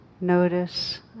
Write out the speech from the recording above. notice